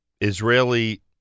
Israeli